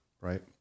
right